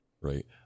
right